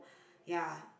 ya